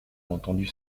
entendu